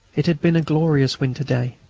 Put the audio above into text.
it had been a glorious winter day,